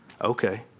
Okay